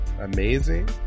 Amazing